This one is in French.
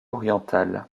orientale